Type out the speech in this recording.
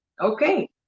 okay